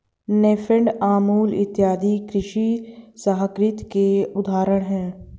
नेफेड, अमूल इत्यादि कृषि सहकारिता के उदाहरण हैं